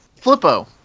flippo